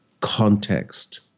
context